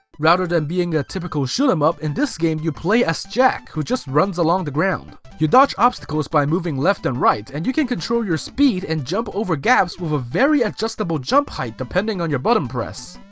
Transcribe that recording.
rather than being a typical shoot-em-up, in this game you play as jack, who just runs along the ground. you dodge obstacles by moving left and right and you can control your speed and jump over gaps with a very adjustable jump height depending on your button press.